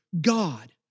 God